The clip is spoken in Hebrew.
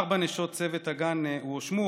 ארבע נשות צוות הגן הואשמו,